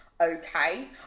okay